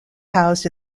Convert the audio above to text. housed